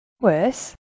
Worse